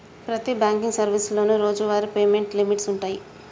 ప్రతి బాంకింగ్ సర్వీసులోనూ రోజువారీ పేమెంట్ లిమిట్స్ వుంటయ్యి